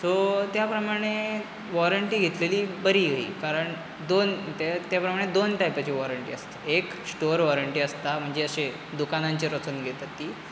so त्या प्रमाणे warranty घेतलेली बरी कही कारण दोन ते त्या प्रमाणे दोन टायपाची वॉरंटी आसता एक स्टोर वॉरंटी आसता म्हणजे अशी दुकानांचेर वचोन घेतात ती